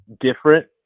different